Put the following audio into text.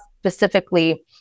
specifically